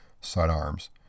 sidearms